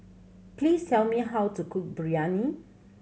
please tell me how to cook Biryani